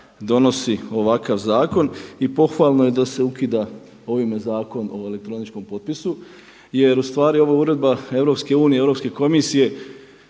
donosi ovakav zakon i pohvalno je da se ukida ovime Zakon o elektroničkom potpisu, jer u stvari ova uredba EU, Europske